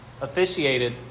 officiated